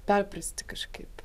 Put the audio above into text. perprasti kažkaip